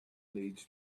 needs